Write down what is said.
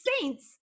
saints